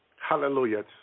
hallelujah